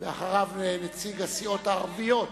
אחריו, נציג הסיעות הערביות.